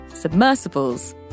Submersibles